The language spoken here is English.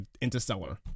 interstellar